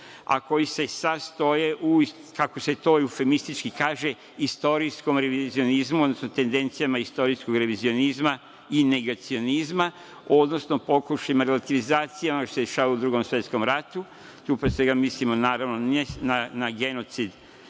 a koji i sada stoje, kako se to sada kaže, u istorijskom revizionizmu, odnosno tendencijama istorijskog revizionizma i negacionizma, odnosno pokušajima relativizacije onoga što se dešavalo u Drugom svetskom ratu, a tu pre svega mislimo na genocid